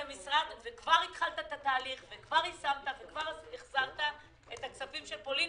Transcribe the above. וכבר התחלת את התהליך וכבר יישמת והחזרת את הכספים של פולין.